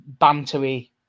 bantery